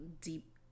deep